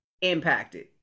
impacted